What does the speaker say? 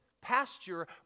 pasture